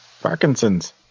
Parkinson's